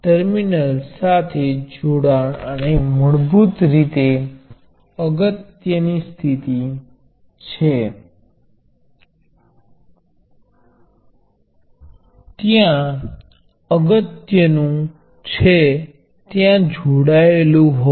જે શ્રેણીના સંયોજનમાં ના વોલ્ટેજ અને શ્રેણી સંયોજન દ્વારા પ્ર્વાહ સાથેનો સંબંધ છે